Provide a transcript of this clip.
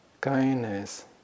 kindness